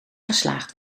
geslaagd